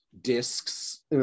discs